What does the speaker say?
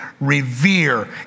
revere